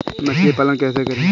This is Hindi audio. मछली पालन कैसे करें?